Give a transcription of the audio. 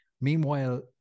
Meanwhile